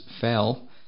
fell